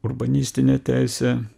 urbanistinę teisę